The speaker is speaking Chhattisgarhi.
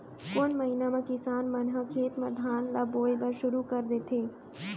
कोन महीना मा किसान मन ह खेत म धान ला बोये बर शुरू कर देथे?